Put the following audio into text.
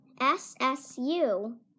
SSU